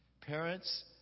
Parents